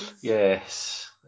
Yes